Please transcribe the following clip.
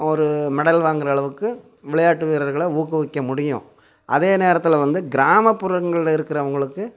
ஒரு மெடல் வாங்குற அளவுக்கு விளையாட்டு வீரர்களை ஊக்குவிக்க முடியும் அதே நேரத்தில் வந்து கிராமப்புறங்களில் இருக்கிறவங்களுக்கு